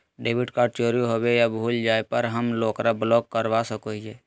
debit card चोरी होवे या भुला जाय पर हम ओकरा ब्लॉक करवा सको हियै